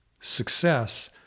success